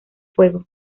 fuego